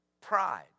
pride